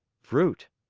fruit.